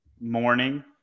morning